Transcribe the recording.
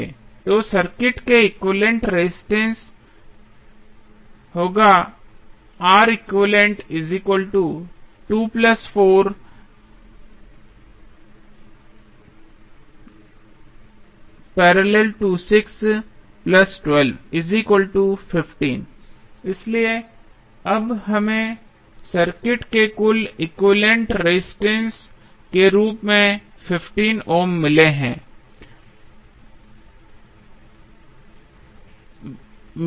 तो सर्किट के equivalent resistance होगा इसलिए अब हमें सर्किट के कुल एक्विवैलेन्ट रेजिस्टेंस के रूप में 15 ओम मिले हैं